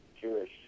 Jewish